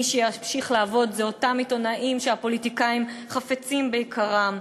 מי שימשיך לעבוד הם אותם עיתונאים שהפוליטיקאים חפצים ביקרם.